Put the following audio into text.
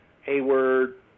Hayward